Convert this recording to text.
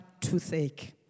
toothache